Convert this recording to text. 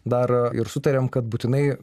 dar ir sutarėm kad būtinai